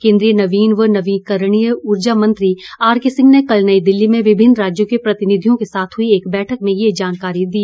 केन्द्रीय नवीन व नवीकरणीय ऊर्जा मंत्री आरके सिंह ने कल नई दिल्ली में विभिन्न राज्यों के प्रतिनिधियों के साथ हई एक बैठक में ये जानकारी दी